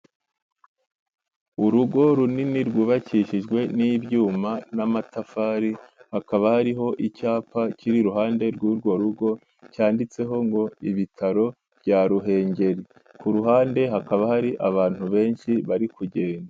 Urugo runini rwubakishijwe n'ibyuma n'amatafari. Hakaba hariho icyapa kiri iruhande rw'urwo rugo cyanditseho ngo ibitaro bya Ruhengeri. Ku ruhande hakaba hari abantu benshi bari kugenda.